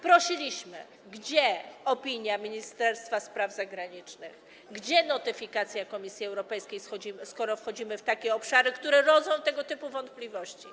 Pytaliśmy, gdzie jest opinia Ministerstwa Spraw Zagranicznych, gdzie notyfikacja Komisji Europejskiej, skoro wchodzimy w obszary, które rodzą tego typu wątpliwości.